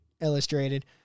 Illustrated